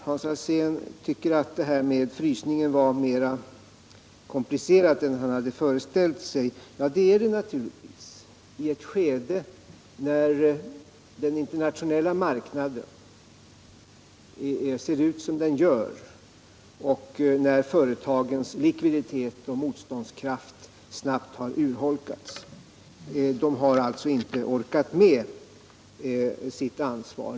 Hans Alsén tycker att frysningen var mera komplicerad än han hade föreställt sig, och det är den naturligtvis i ett skede när den internationella marknaden ser ut som den gör och när företagens likviditet och motståndskraft snabbt har urholkats. Företagen har alltså inte orkat med sitt ansvar.